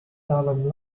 salem